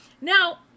Now